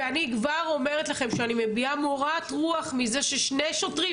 ואני כבר אומרת לכם שאני מביעה מורת מוח מזה ששני שוטרים,